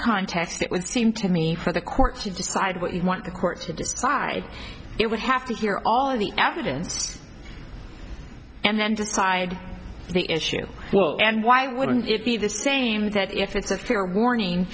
contest it would seem to me for the court to decide what you want the court to decide it would have to hear all of the evidence and then decide the issue well and why wouldn't it be the same that if it's a fair warning